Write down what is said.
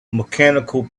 mechanical